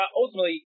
ultimately